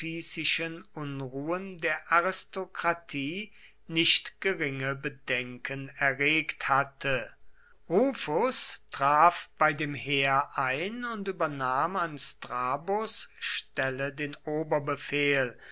unruhen der aristokratie nicht geringe bedenken erregt hatte rufus traf bei dem heer ein und übernahm an strabos stelle den